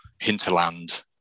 hinterland